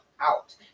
out